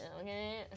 okay